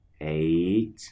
eight